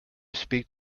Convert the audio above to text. speak